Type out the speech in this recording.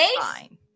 fine